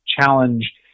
challenge